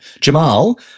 Jamal